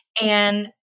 And-